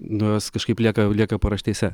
nu jos kažkaip lieka lieka paraštėse